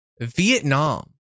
Vietnam